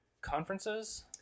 conferences